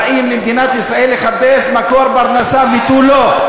באים למדינת ישראל לחפש מקור פרנסה ותו לא.